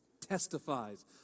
testifies